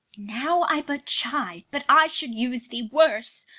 now i but chide, but i should use thee worse,